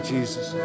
Jesus